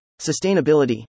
sustainability